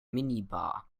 minibar